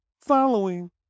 following